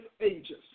ages